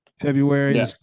February